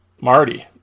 Marty